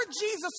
Jesus